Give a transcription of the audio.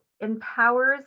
empowers